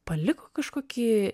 paliko kažkokį